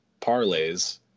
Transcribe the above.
parlays